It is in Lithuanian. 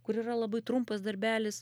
kur yra labai trumpas darbelis